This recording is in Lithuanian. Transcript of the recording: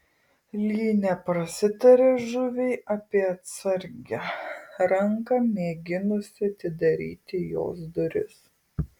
li neprasitarė žuviai apie atsargią ranką mėginusią atidaryti jos duris